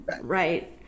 Right